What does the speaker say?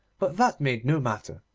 but that made no matter,